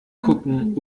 gucken